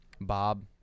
Bob